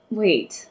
wait